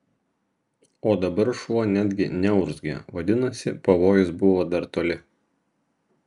o dabar šuo netgi neurzgė vadinasi pavojus buvo dar toli